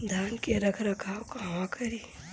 धान के रख रखाव कहवा करी?